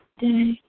day